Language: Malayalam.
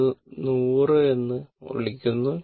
അത് 100 എന്ന് വിളിക്കുന്നു